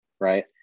Right